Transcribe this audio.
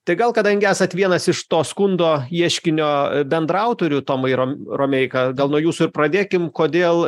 tai gal kadangi esat vienas iš to skundo ieškinio bendraautorių tomai rom romeika gal nuo jūsų ir pradėkim kodėl